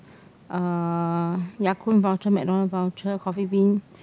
uh Ya-Kun vouchers McDonald voucher coffee bean